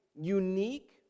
unique